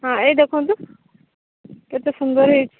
ହଁ ଏଇ ଦେଖନ୍ତୁ କେତେ ସୁନ୍ଦର ହେଇଛି